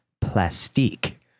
Plastique